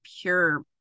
pure